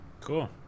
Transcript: cool